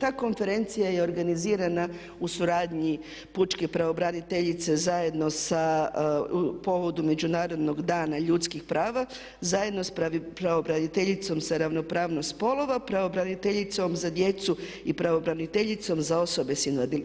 Ta konferencija je organizira u suradnji pučke pravobraniteljice zajedno sa, u povodu međunarodnog dana ljudskih prava, zajedno s pravobraniteljicom za ravnopravnost spolova, pravobraniteljicom za djecu i pravobraniteljicom za osobe